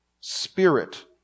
Spirit